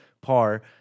par